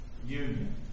union